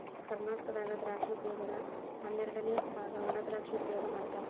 ಕರ್ನಾಟಕದಾಗ ದ್ರಾಕ್ಷಿ ಉಪಯೋಗದ ಹನ್ನೆರಡಅನೆ ಬಾಗ ವಣಾದ್ರಾಕ್ಷಿ ಉಪಯೋಗ ಮಾಡತಾರ